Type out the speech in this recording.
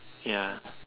ya